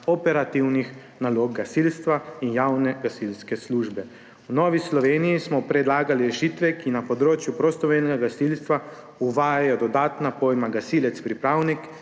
operativnih nalog gasilstva in javne gasilske službe. V Novi Sloveniji smo predlagali rešitve, ki na področju prostovoljnega gasilstva uvajajo dodatna pojma, in sicer gasilec pripravnik